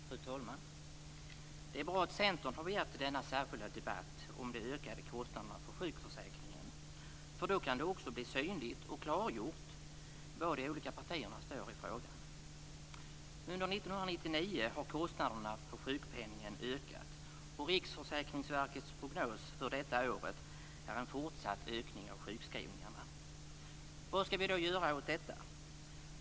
Fru talman! Det är bra att Centern har begärt denna särskilda debatt om de ökade kostnaderna för sjukförsäkringen, för då kan det också bli synligt och klargjort var de olika partierna står i den frågan. Under 1999 har kostnaderna för sjukpenningen ökat, och Riksförsäkringsverkets prognos för detta år är en fortsatt ökning av sjukskrivningarna. Vad ska vi göra åt detta?